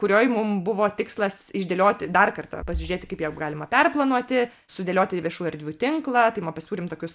kurioj mum buvo tikslas išdėlioti dar kartą pasižiūrėti kaip ją galima perplanuoti sudėlioti viešųjų erdvių tinklą tai mes pasiūlėm tokius